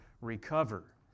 recover